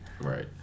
Right